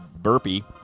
burpee